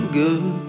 good